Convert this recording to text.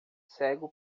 cego